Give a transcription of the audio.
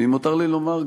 ואם מותר לי לומר,